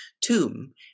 tomb